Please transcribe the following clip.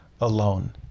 alone